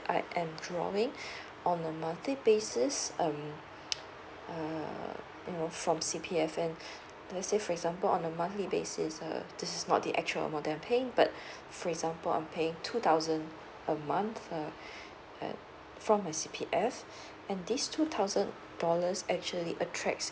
I'm drawaing on a monthly basis um uh you know from C_P_F let's say for example on a monthly basis um this is not the actual amount that I'm paying but for example I'm paying two thousand a month uh and from my C_P_F and these two thousand dollars actually attracts